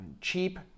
cheap